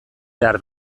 behar